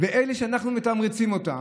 אלה שאנחנו מתמרצים אותם,